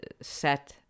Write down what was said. set